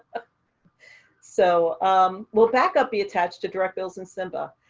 ah so um will backup be attached to direct bills in simba?